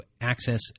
access